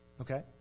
Okay